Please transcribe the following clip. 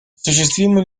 осуществима